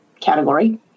category